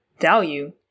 value